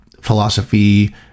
philosophy